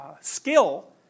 skill